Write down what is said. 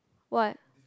what